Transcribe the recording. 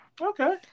Okay